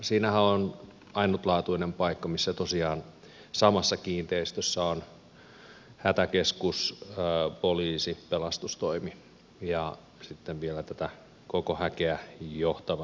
siinähän on ainutlaatuinen paikka missä tosiaan samassa kiinteistössä on hätäkeskus poliisi pelastustoimi ja sitten vielä tätä koko häkeä johtava yksikkö siinä etupihalla